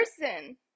person